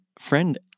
friend